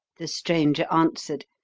the stranger answered,